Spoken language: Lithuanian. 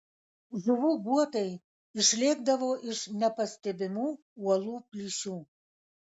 žuvų guotai išlėkdavo iš nepastebimų uolų plyšių